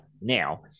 now